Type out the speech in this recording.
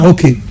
Okay